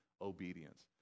obedience